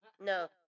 No